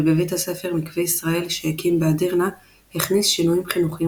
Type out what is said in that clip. ובבית הספר "מקוה ישראל" שהקים באדירנה הכניס שינויים חינוכיים